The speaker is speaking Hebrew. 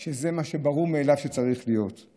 זה ברור מאליו שזה מה